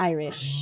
Irish